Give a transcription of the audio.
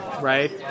right